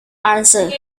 answered